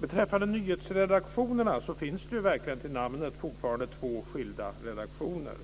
Beträffande nyhetsredaktionerna kan sägas att det fortfarande till namnet finns två skilda redaktioner,